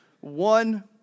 one